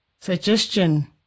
Suggestion